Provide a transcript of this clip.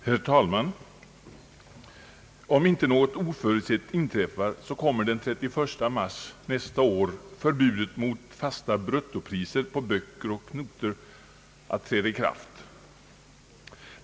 Herr talman! Om inte något oförutsett inträffar kommer den 31 mars nästa år förbudet mot fasta bruttopriser på böcker och noter att träda i kraft.